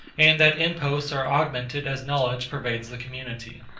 and that imposts are augmented as knowledge pervades the community.